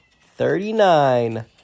thirty-nine